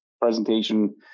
presentation